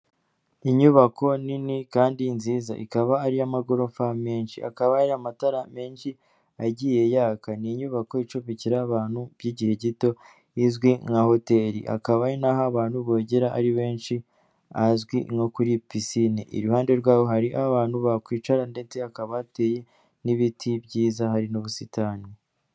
Inyubako nini kandi nziza, ikaba ari iy'amagorofa menshi hakaba ari amatara menshi agiye yaka. Ni inyubako icumbikira abantu by'igihe gito izwi nka hoteli, hakaba ari naho abantu bogera ari benshi hazwi nko kuri pisine, iruhande rwaho hari aho abantu bakwicara ndetse hakaba hateye n'ibiti byiza hari n'ubusitani.